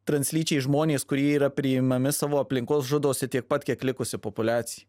translyčiai žmonės kurie yra priimami savo aplinkos žudosi tiek pat kiek likusi populiacija